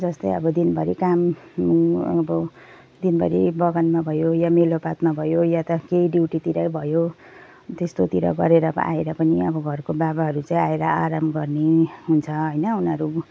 जस्तै अब दिनभरि काम अब दिनभरि बगानमा भयो या मेलोपातमा भयो या त केही ड्युटीतिरै भयो त्यस्तोतिर गरेर आएर पनि अब घरको बाबाहरू चाहिँ आएर आराम गर्ने हुन्छ होइन उनीहरू